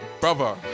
brother